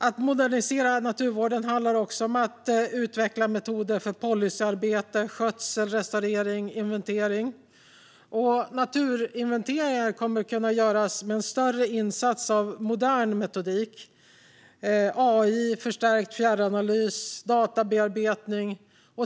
Att modernisera naturvården handlar också om att utveckla metoder för policyarbete, skötsel, restaurering och inventering. Naturinventeringar kommer att kunna göras med en större insats av modern metodik, AI, förstärkt fjärranalys och databearbetning.